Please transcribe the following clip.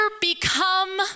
become